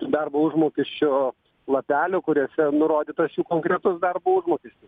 darbo užmokesčio lapelių kuriuose nurodytas jų konkretus darbo užmokestis